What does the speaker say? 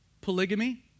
polygamy